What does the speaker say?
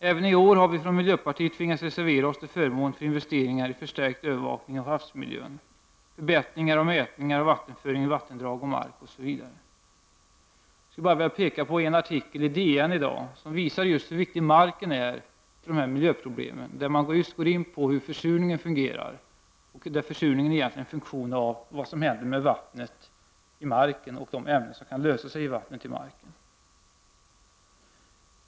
Även i år har vi från miljöpartiet tvingats reservera oss till förmån för investeringar i förstärkt övervakning av havsmiljön, förbättringar av mätningar av vattenföring i vattendrag och mark, osv. Jag vill peka på en artikel i DN i dag, som visar just hur viktig marken är när det gäller dessa miljöproblem. Man går in på hur försurningen fungerar. Försurningen är egentligen en funktion av vad som händer med vattnet i marken, och de ämnen som kan lösa sig i vattnet i marken.